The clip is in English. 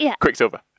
Quicksilver